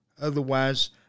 otherwise